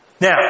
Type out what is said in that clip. Now